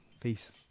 Peace